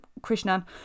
Krishnan